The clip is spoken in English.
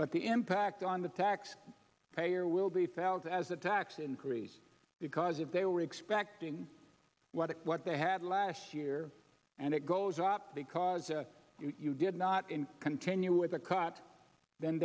but the impact on the tax payer will be felt as a tax increase because if they were expecting what it what they had last year and it goes up because you did not in continue with a cut then